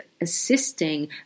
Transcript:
assisting